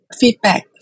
feedback